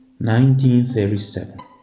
1937